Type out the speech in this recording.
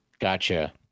Gotcha